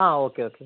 uh okay okay